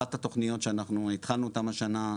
אחת התוכניות שאנחנו התחלנו אותן השנה,